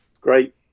Great